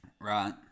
right